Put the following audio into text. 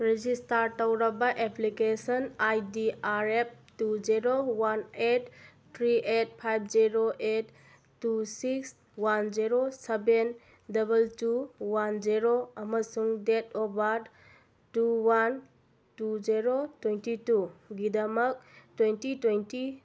register ꯇꯧꯔꯕ application I D R F two zero one eight three eight five zero eight two six one zero seven double two one zero ꯑꯃꯁꯨꯡ date of birth two one two zero twenty ꯇꯨꯒꯤꯗꯃꯛ twenty twenty